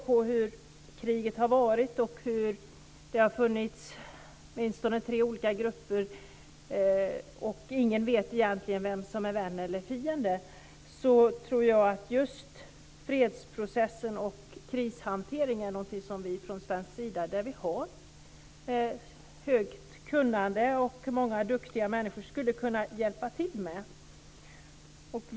Under krigets förlopp har det funnits åtminstone tre olika grupper, och ingen vet egentligen vem som är vän och vem som är fiende. När det gäller fredsprocesser och krishantering har vi ett högt kunnande, och vi har många duktiga människor som skulle kunna hjälpa till med sådant arbete.